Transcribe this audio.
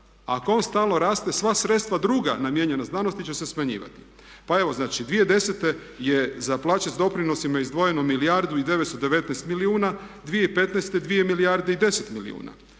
Ako on stalno raste sva sredstva druga namijenjena znanosti će se smanjivati. Pa evo znači 2010. je za plaće sa doprinosima izdvojeno milijardu i 919 milijuna, 2015. 2 milijarde i 10 milijuna.